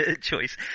choice